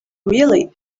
really